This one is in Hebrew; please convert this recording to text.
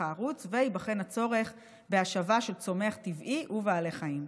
הערוץ וייבחן הצורך בהשבה של צומח טבעי ובעלי חיים.